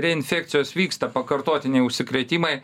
reinfekcijos vyksta pakartotiniai užsikrėtimai